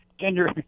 gender